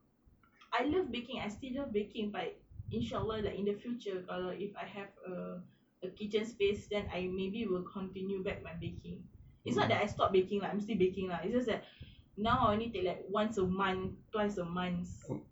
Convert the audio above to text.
I love baking I still love baking but inshallah like in the future kalau if I have err a kitchen space then I maybe will continue back my baking is not I stop baking lah I'm still baking lah it just that now only once a month twice a months